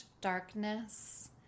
darkness